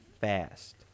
fast